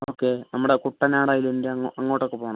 okay നമ്മുടെ Kuttanad island അങ് അങ്ങോട്ടൊക്കെ പോവണം